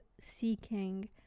seeking